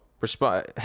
respond